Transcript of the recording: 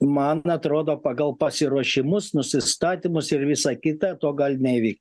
man atrodo pagal pasiruošimus nusistatymus ir visa kita to gali neįvykt